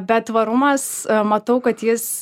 bet tvarumas matau kad jis